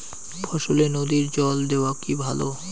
ফসলে নদীর জল দেওয়া কি ভাল?